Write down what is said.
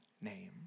name